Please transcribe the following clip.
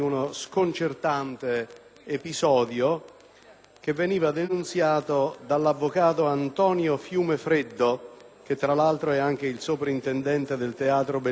episodio, denunziato dall'avvocato Antonio Fiumefreddo (che, tra l'altro, è il soprintendente del teatro Bellini di Catania, oltre che ben noto penalista)